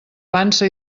vansa